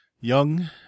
Young